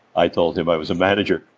i told him i was a manager.